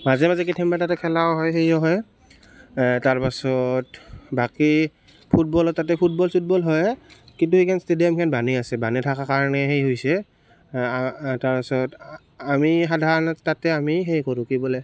মাজে মাজে কেথেনবা তাতে খেলাও হয় সেই হয় তাৰ পাছত বাকি ফুটবলৰ তাতে ফুটবল চুটবল হয় কিন্তু এইখন ষ্টেডিয়ামখন বনাই আছে বনাই থকাৰ কাৰণে সেই হৈছে তাৰ পাছত আমি সাধাৰণতে তাতে আমি সেই কৰোঁ কি বোলে